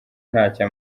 ntacyo